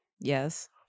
Yes